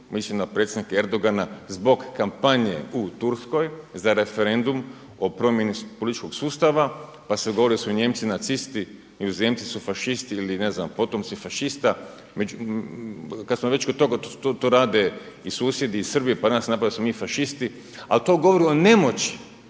mislim na predsjednika Erdogana zbog kampanje u Turskoj za referendum o promjeni političkog sustava, pa se govori da su Nijemci nacisti, Nizozemci su fašisti ili ne znam potomci fašista. Kada smo već kod toga to rade i susjedi Srbi pa nas napadaju da smo mi fašisti, ali to govori o nemoći,